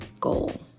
goal